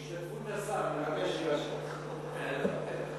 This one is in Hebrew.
ההצעה להעביר את הנושא לוועדת החינוך,